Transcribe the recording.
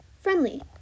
Friendly